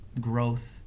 growth